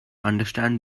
understand